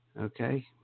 Okay